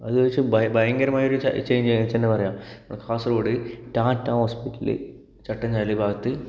ഏകദേശം ഭ ഭയങ്കരമായ ഒരു ചേഞ്ച് വെച്ചാൽ എന്താ പറയുക നമ്മളുടെ കാസർഗോഡ് ടാറ്റ ഹോസ്പിറ്റല് ചട്ടങ്ങാല് ഭാഗത്ത്